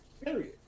Period